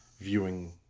viewing